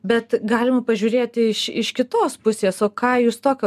bet galima pažiūrėti iš iš kitos pusės o ką jūs tokio